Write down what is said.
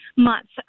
months